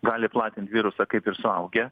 gali platint virusą kaip ir suaugę